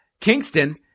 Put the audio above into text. Kingston